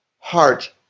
Heart